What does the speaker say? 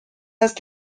است